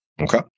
Okay